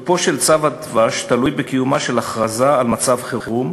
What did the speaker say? תוקפו של צו הדבש תלוי בקיומה של הכרזה על מצב חירום,